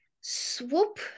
swoop